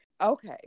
okay